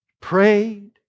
prayed